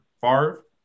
Favre